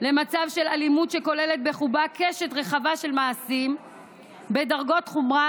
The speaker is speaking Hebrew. למצב של אלימות שכוללת בחובה קשת רחבה של מעשים בדרגות חומרה